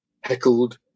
heckled